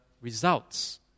results